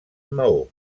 maó